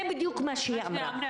זה בדיוק מה שהיא אמרה.